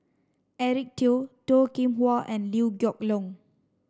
Eric Teo Toh Kim Hwa and Liew Geok Leong